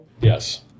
yes